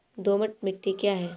दोमट मिट्टी क्या है?